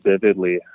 vividly